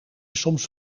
soms